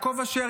יעקב אשר,